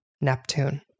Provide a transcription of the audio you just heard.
Neptune